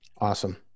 awesome